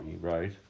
right